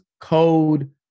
code